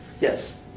Yes